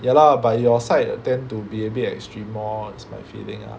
ya lah but your side tend to be a bit extreme lor it's my feeling ah